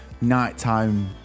nighttime